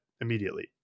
immediately